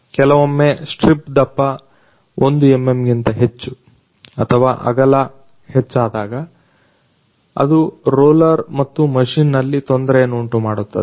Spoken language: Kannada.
ಕೆಲವೊಮ್ಮೆ ಸ್ಟ್ರಿಪ್ ದಪ್ಪ 1mm ಗಿಂತ ಹೆಚ್ಚು ಅಥವಾ ಅಗಲ ಹೆಚ್ಚಾದಾಗ ಅದು ರೊಲರ್ ಮತ್ತು ಮಷಿನ್ ನಲ್ಲಿ ತೊಂದರೆಯನ್ನುಂಟುಮಾಡುತ್ತದೆ